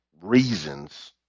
reasons